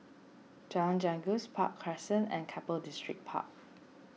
Jalan Janggus Park Crescent and Keppel Distripark